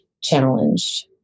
challenged